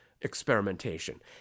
experimentation